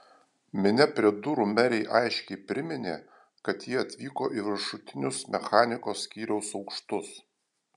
minia prie durų merei aiškiai priminė kad ji atvyko į viršutinius mechanikos skyriaus aukštus